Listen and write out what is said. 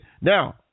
Now